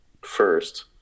first